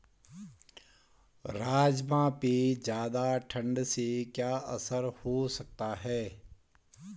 राजमा पे ज़्यादा ठण्ड से क्या असर हो सकता है?